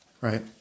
right